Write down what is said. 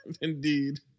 indeed